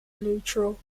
neutral